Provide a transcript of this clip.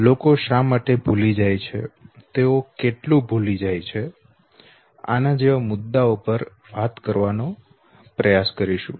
લોકો શા માટે ભૂલી જાય છે તેઓ કેટલું ભૂલી જાય છે આના જેવા મુદ્દાઓ પર વાત કરવાનો પ્રયાસ કરીશું